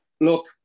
look